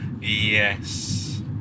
Yes